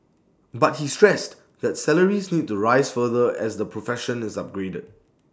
but he stressed that salaries need to rise further as the profession is upgraded